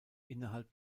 innerhalb